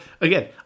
again